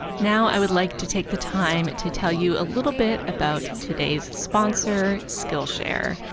now i would like to take the time to tell you a little bit about today's sponsor skillshare.